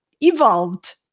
evolved